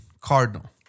Cardinal